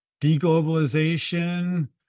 deglobalization